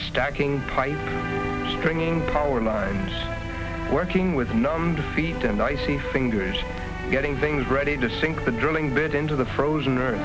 stacking pipes stringing power lines working with numbed feet and icy fingers getting things ready to sink the drilling bit into the frozen or